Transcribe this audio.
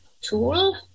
tool